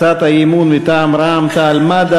הצעת האי-אמון מטעם רע"ם-תע"ל-מד"ע,